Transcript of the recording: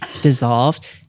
dissolved